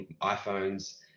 iPhones